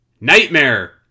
Nightmare